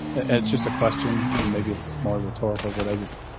it's just a question and maybe it's more rhetorical, but i just.